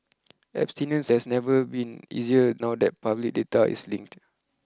abstinence has never been easier now that public data is linked